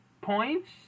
points